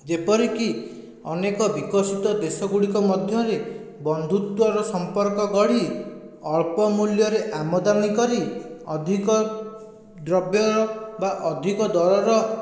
ଯେପରିକି ଅନେକ ବିକଶିତ ଦେଶଗୁଡ଼ିକ ମଧ୍ୟରେ ବନ୍ଧୁତ୍ଵର ସମ୍ପର୍କ ଗଢ଼ି ଅଳ୍ପ ମୂଲ୍ୟରେ ଆମଦାନୀ କରି ଅଧିକ ଦ୍ରବ୍ୟ ବା ଅଧିକ ଦରର